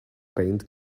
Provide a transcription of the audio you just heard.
paint